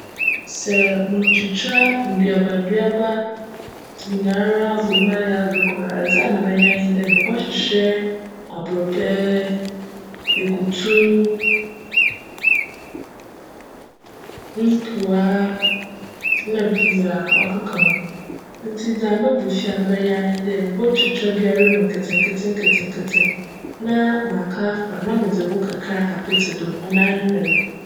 Sj murutwutwa nduaba nduaba nyinara abc mu ayj adze kor a, adze a mebjyj nye dj, mobchwehwj aborcbj, ekutu, mpuwa, na pii a ckeka ho. Ntsi dza meba fie a mebjyj ara nye dj mobotwitwa biara mu nketse nketse nketse na m'aka afora na medze ngo kakra apetse do, cnoara nye no na meewie.